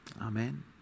Amen